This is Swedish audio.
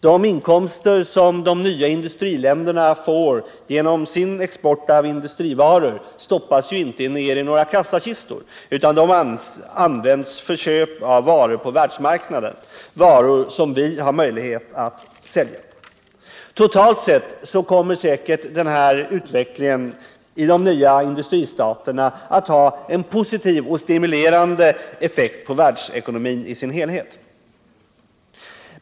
De inkomster som de nya industriländerna får genom sin export av industrivaror stoppas ju inte ned i några kassakistor utan används för köp av varor på världsmarknaden — varor som vi har möjlighet att sälja. Totalt sett kommer säkert den här utvecklingen i de nya industristaterna att ha en positiv och stimulerande effekt på världsekonomin i dess helhet.